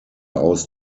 aus